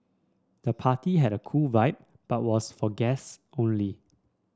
the party had a cool vibe but was for guests only